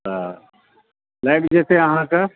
तऽ लागि जेतै अहाँके